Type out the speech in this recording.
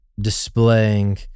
displaying